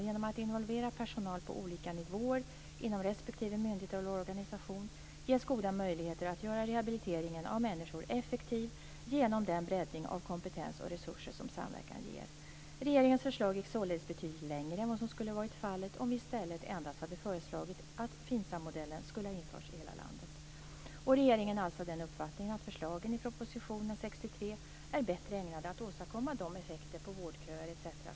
Genom att involvera personal på olika nivåer inom respektive myndighet eller organisation ges goda möjligheter att göra rehabiliteringen av människor effektiv genom den breddning av kompetens och resurser som samverkan ger. Regeringens förslag gick således betydligt längre än vad som skulle varit fallet om vi i stället endast hade förslagit att FINSAM-modellen skulle ha införts i hela landet. Regeringen är alltså av uppfattningen att förslagen i propositionen 1996/97:63 är bättre ägnade att åstadkomma de effekter på vårdköer etc.